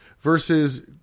versus